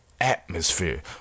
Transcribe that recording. atmosphere